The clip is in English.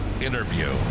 interview